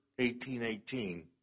1818